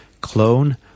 clone